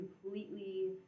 completely